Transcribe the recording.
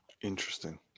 interesting